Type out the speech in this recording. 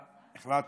החלטתי,